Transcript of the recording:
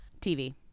TV